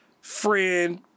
friend